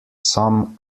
some